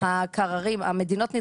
מכון התקנים הישראלי?